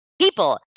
people